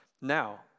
now